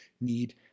need